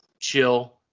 chill